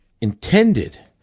intended